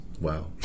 wow